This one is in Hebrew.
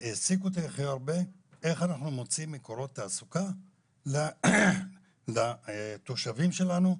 והעסיק אותי הכי הרבה איך אנחנו מוצאים מקורות תעסוקה לתושבים שלנו,